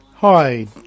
Hi